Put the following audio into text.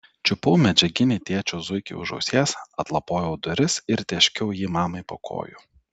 čiupau medžiaginį tėčio zuikį už ausies atlapojau duris ir tėškiau jį mamai po kojų